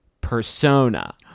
persona